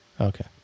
Okay